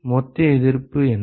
மொத்த எதிர்ப்பு என்ன